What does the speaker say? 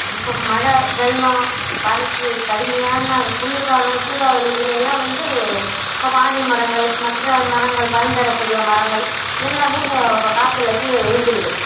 இப்போது மழை வெள்ளம் வறட்சி கடுமையான குளிர்காலம் சூறாவளி இதுலேலாம் வந்து இப்போ வாழைமரங்கள் மற்ற மரங்கள் பயன் தரக்கூடிய மரங்கள் எல்லாம் கே க காற்றுல கீழே விழுந்துடுது